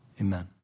Amen